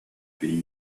pays